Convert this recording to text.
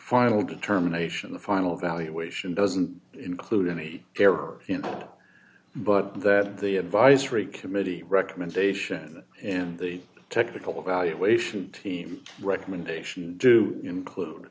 final determination the final evaluation doesn't include any errors but that the advisory committee recommendation and the technical evaluation team recommendation do you include